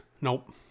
Nope